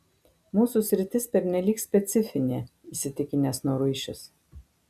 mūsų sritis pernelyg specifinė įsitikinęs noruišis